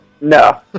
no